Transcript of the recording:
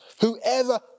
whoever